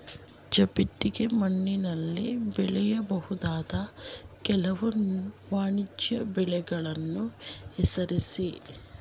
ಜಂಬಿಟ್ಟಿಗೆ ಮಣ್ಣಿನಲ್ಲಿ ಬೆಳೆಯಬಹುದಾದ ಕೆಲವು ವಾಣಿಜ್ಯ ಬೆಳೆಗಳನ್ನು ಹೆಸರಿಸಿ?